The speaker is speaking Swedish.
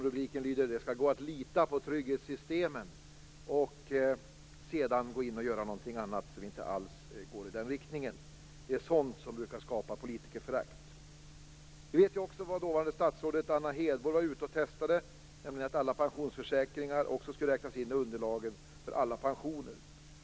Rubriken lyder: "Det ska gå att lita på trygghetssystemen". Sedan gör hon någonting annat som inte alls går i den riktningen. Det är sådant som brukar skapa politikerförakt. Vi vet också att det dåvarande statsrådet Anna Hedborg var ute och testade om alla pensionsförsäkringar också skulle kunna räknas in i underlagen för alla pensioner.